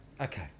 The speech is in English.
Okay